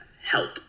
help